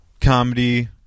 comedy